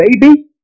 baby